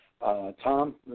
Tom